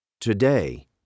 Today